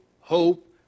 hope